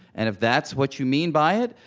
and if that's what you mean by it,